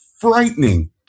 frightening